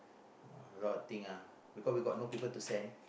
a lot of thing ah because we got no people to sell